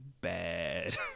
bad